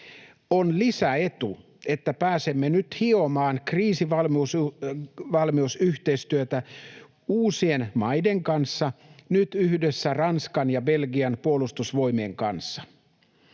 On lisäetu, että pääsemme nyt hiomaan kriisivalmiusyhteistyötä uusien maiden kanssa — nyt yhdessä Ranskan ja Belgian puolustusvoimien kanssa.